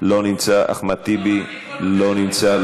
דרמטי, אני מסכים.